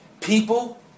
people